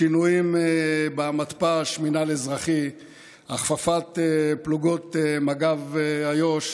השינויים במתפ"ש ובמינהל האזרחי והכפפת פלוגות מג"ב איו"ש